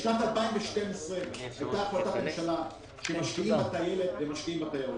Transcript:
בשנת 2012 התקבלה החלטת ממשלה שמשקיעים בתיירות.